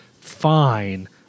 fine